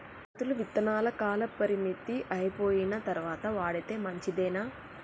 రైతులు విత్తనాల కాలపరిమితి అయిపోయిన తరువాత వాడితే మంచిదేనా?